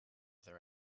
their